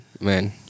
Man